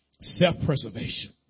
Self-preservation